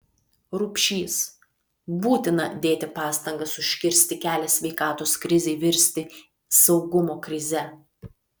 rupšys būtina dėti pastangas užkirsti kelią sveikatos krizei virsti saugumo krize